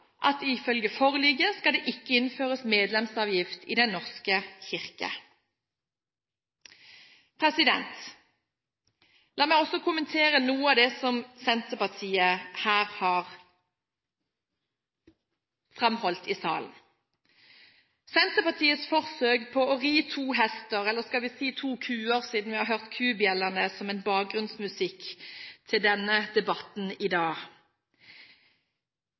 at det ikke skal innføres medlemsavgift i Den norske kirke. La meg også kommentere noe av det som Senterpartiet har framholdt her i salen, nemlig Senterpartiets forsøk på å ri to hester – eller skal vi si to kuer, siden vi har hørt kubjeller som bakgrunnsmusikk til denne debatten i dag.